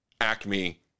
acme